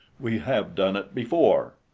we have done it before.